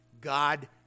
God